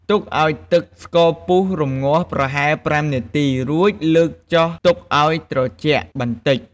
ទុកឱ្យទឹកស្ករពុះរម្ងាស់ប្រហែល ៥ នាទី រួចលើកចុះទុកឱ្យត្រជាក់បន្តិច។